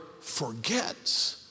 forgets